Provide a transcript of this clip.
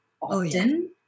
often